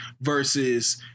versus